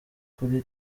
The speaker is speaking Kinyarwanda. kuri